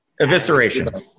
Evisceration